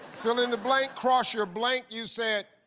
fill in the blank cross your blank. you said.